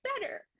better